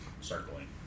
circling